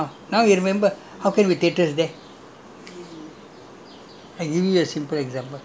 then after that is what beach road already you re~ remember not now you remember how can there be theatres there